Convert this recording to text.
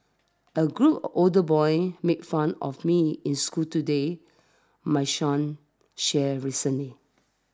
a group older boys made fun of me in school today my son shared recently